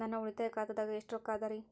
ನನ್ನ ಉಳಿತಾಯ ಖಾತಾದಾಗ ಎಷ್ಟ ರೊಕ್ಕ ಅದ ರೇ?